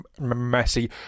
messy